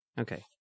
Okay